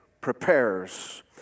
prepares